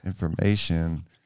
information